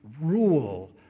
rule